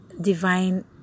divine